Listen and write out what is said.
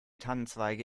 tannenzweige